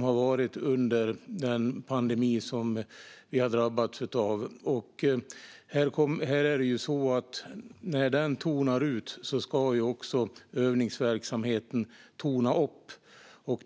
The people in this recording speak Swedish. har varit under den pandemi som vi har drabbats av. När pandemin tonar ut ska också övningsverksamheten tona upp.